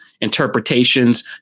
interpretations